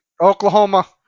Oklahoma